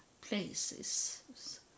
places